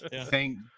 Thank